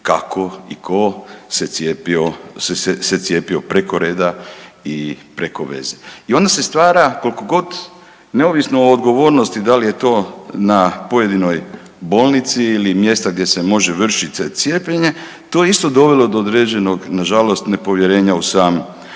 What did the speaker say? kako i tko se cijepio preko reda i preko veze. I onda se stvara koliko god neovisno o odgovornosti da li je to na pojedinoj bolnici ili mjesta gdje se može vršiti cijepljenje to je isto dovelo do određenog na žalost nepovjerenja u sam